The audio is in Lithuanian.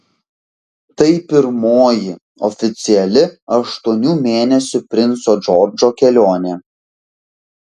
tai pirmoji oficiali aštuonių mėnesių princo džordžo kelionė